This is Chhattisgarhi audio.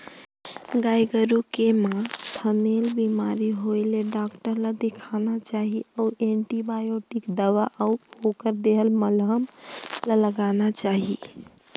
गाय गोरु के म थनैल बेमारी होय ले डॉक्टर ल देखाना चाही अउ एंटीबायोटिक दवा अउ ओखर देहल मलहम ल लगाना चाही